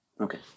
Okay